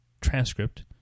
transcript